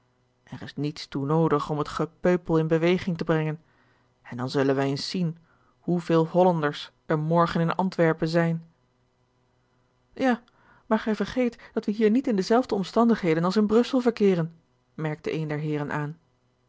er is niets toe noodig om het gepeupel in beweging te brengen en dan zullen wij eens zien hoeveel hollanders er morgen in antwerpen zijn ja maar gij vergeet dat wij hier niet in dezelfde omstandigheden als in brussel verkeeren merkte een der heeren aan